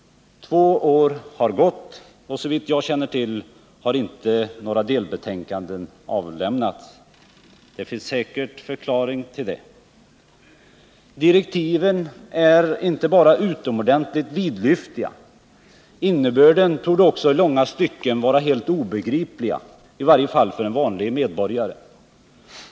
Två år har gått, och såvitt jag känner till har inte några delbetänkanden avlämnats. Det finns säkert en förklaring till det. Direktiven är inte bara utomordentligt vidlyftiga. Innebörden torde också ilånga stycken vara helt obegriplig, i varje fall för en vanlig medborgare.